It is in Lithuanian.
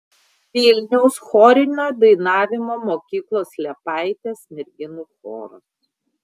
vilniaus chorinio dainavimo mokyklos liepaitės merginų choras